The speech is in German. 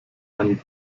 einen